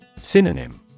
Synonym